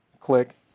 Click